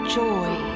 joy